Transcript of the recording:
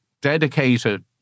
dedicated